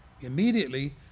immediately